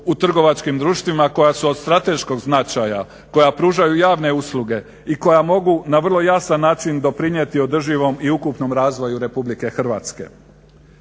u trgovačkim društvima koja su od strateškog značaja, koja pružaju javne usluge i koja mogu na vrlo jasan način doprinijeti održivom i ukupnom razvoju RH.